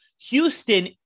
Houston